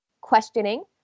Questioning